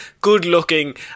good-looking